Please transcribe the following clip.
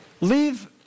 leave